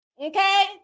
Okay